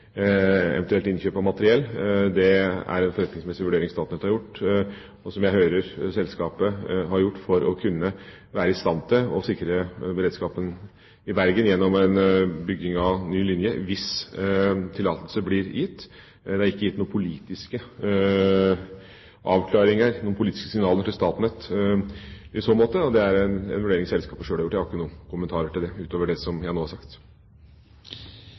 eventuelt innkjøp av materiell. Det er en forretningsmessig vurdering Statnett har gjort, og som jeg hører selskapet har gjort for å kunne være i stand til å sikre beredskapen i Bergen gjennom bygging av ny linje – hvis tillatelse blir gitt. Det er ikke gitt noen politiske avklaringer, politiske signaler, til Statnett i så måte, det er en vurdering selskapet sjøl har gjort. Jeg har ikke noen kommentarer til det, utover det som jeg nå har sagt.